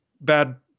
bad